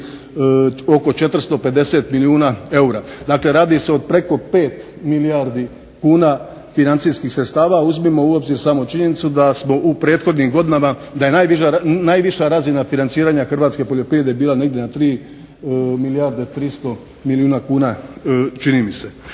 oko 450 milijuna eura. Dakle, radi se o preko 5 milijardi kuna financijskih sredstava. Uzmimo u obzir samo činjenicu da smo u prethodnim godinama da je najviša razina financiranja hrvatske poljoprivrede bila negdje na 3 milijarde 300 milijuna kuna, čini mi se.